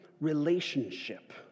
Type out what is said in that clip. relationship